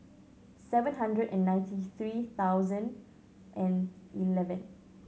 seven hundred and ninety three thousand and eleven